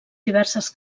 diverses